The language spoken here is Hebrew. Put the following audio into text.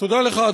תודה לך,